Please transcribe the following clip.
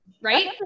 Right